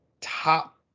top